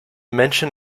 mention